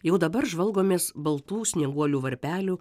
jau dabar žvalgomės baltų snieguolių varpelių